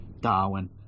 darwin